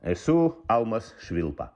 esu almas švilpa